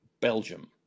Belgium